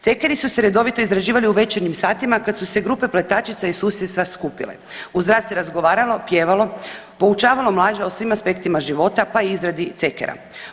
Cekeri su se redovito izrađivali u večernjim satima kad su se grupe pletačica iz susjedstva skupile, uz rad se razgovaralo, pjevalo, poučavalo mlađe o svim aspektima života pa i izradi cekera.